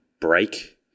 break